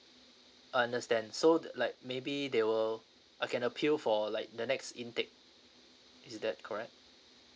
understand so the like maybe they will I can appeal for like the next intake is that correct